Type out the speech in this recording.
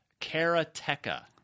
karateka